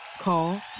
Call